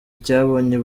cyabonye